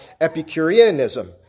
Epicureanism